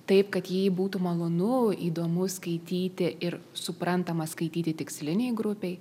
taip kad jį būtų malonu įdomu skaityti ir suprantama skaityti tikslinei grupei